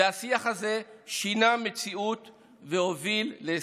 והשיח הזה שינה מציאות והוביל להישגים.